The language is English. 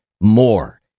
More